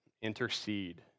intercede